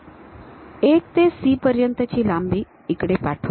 1 ते C पर्यंत ची लांबी इकडे पाठवा